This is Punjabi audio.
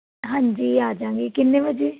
ਹਾਂਜੀ ਆਜਾਗੇ ਕਿੰਨੇ ਵਜੇ